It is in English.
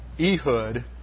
Ehud